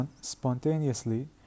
spontaneously